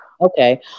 Okay